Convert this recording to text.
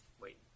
wait